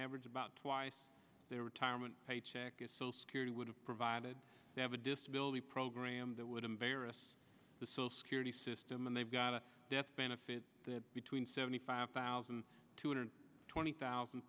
average about twice their retirement paycheck is so security would have provided they have a disability program that would embarrass the social security system and they've got a death benefit that between seventy five thousand two hundred twenty thousand